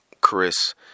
Chris